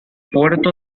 puerto